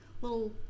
little